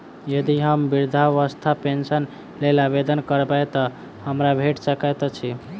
यदि हम वृद्धावस्था पेंशनक लेल आवेदन करबै तऽ हमरा भेट सकैत अछि?